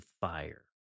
fire